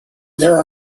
there